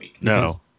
No